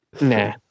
nah